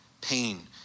pain